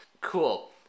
cool